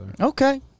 Okay